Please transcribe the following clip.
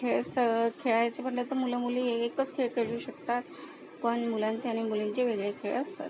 खेळ खेळायचे म्हटले तर मुले मुली एकच खेळ खेळू शकतात पण मुलांचे आणि मुलींचे वेगळे खेळ असतात